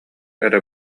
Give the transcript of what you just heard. эрэ